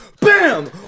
Bam